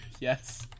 Yes